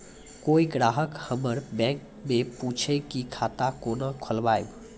कोय ग्राहक हमर बैक मैं पुछे की खाता कोना खोलायब?